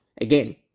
again